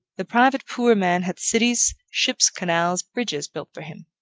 the private poor man hath cities, ships, canals, bridges, built for him.